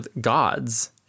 God's